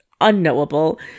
unknowable